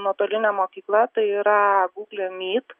nuotolinė mokykla tai yra google meet